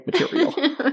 material